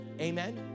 Amen